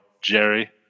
jerry